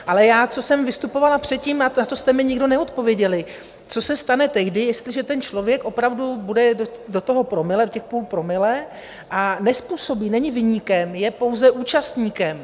Ale já, co jsem vystupovala předtím a na co jste mi nikdo neodpověděli: co se stane tehdy jestliže ten člověk opravdu bude do toho promile, do těch 0,5 promile a nezpůsobí, není viníkem, je pouze účastníkem.